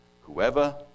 whoever